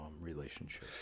relationship